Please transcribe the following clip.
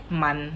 满